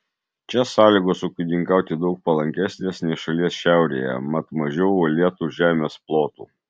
čia sąlygos ūkininkauti daug palankesnės nei šalies šiaurėje mat mažiau uolėtų žemės plotų